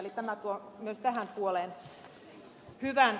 eli tämä tuo myös tähän puoleen hyvän lisän